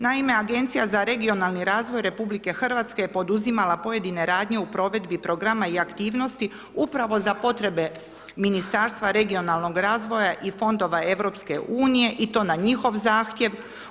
Naime, Agencija za regionalni razvoj RH je poduzimala pojedine radnje u provedbi programa i aktivnosti upravo za potrebe Ministarstva regionalnog razvoja i Fondova EU i to na njihov zahtjev.